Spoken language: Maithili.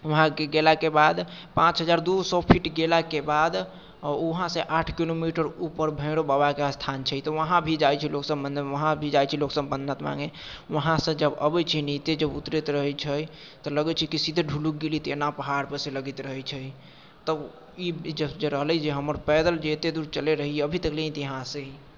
वहाँ गेलाके बाद पाँच हजार दू सए फिट गेलाके बाद वहाँसँ आठ किलोमीटर ऊपर भैरव बाबाके स्थान छै तऽ वहाँ भी जाइत छै लोकसभ मन्नत वहाँ भी जाइत छै लोकसभ मन्नत माँगय वहाँसँ जब अबैत छै नीचे उतरैत रहैत छै तऽ लगैत छै कि सीधे ढुलुक गेलियै तेना पहाड़परसँ लगैत रहैत छै तब ई जे रहलै जे हमर पैदल जे एतेक दूर चलैत रहियै अभी तक ले इतिहास हइ